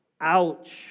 Ouch